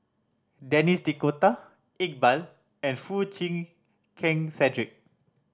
Denis D'Cotta Iqbal and Foo Chee Keng Cedric